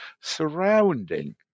surrounding